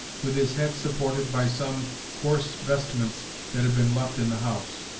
with his head supported by some coarse vestments that had been left in the house.